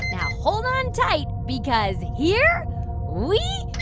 now hold on tight because here we